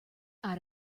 out